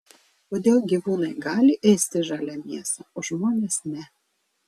kodėl gyvūnai gali ėsti žalią mėsą o žmonės ne